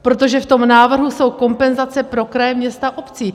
Protože v tom návrhu jsou kompenzace pro kraje, měst a obcí.